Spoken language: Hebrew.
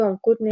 יואב קוטנר,